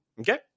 Okay